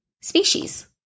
species